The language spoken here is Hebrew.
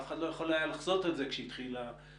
אף אחד לא יכול היה לחזות את זה כשהתחיל הדוח,